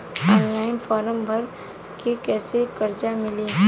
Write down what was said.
Online form भर के कैसे कर्जा मिली?